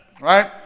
Right